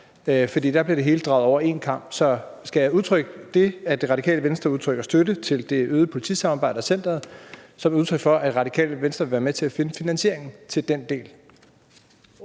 For der blev det hele taget over en kam. Så skal jeg tage det, at Det Radikale Venstre udtrykker støtte til det øgede politisamarbejde og centeret, som et udtryk for, at Det Radikale Venstre vil være med til at finde finansieringen til den del?